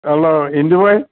hello Indubhai